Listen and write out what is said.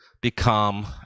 become